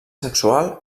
sexual